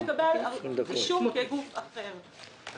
כדי לקבל אישור כ"גוף אחר",